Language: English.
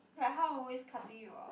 like how always cutting you orh